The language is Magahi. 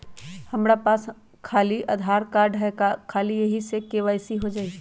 हमरा पास खाली आधार कार्ड है, का ख़ाली यही से के.वाई.सी हो जाइ?